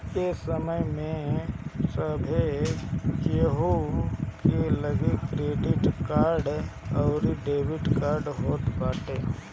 ए समय में सभे केहू के लगे क्रेडिट कार्ड अउरी डेबिट कार्ड होत बाटे